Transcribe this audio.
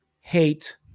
Hate